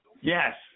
Yes